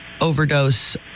overdose